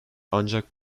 ancak